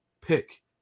pick